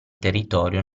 territorio